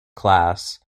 class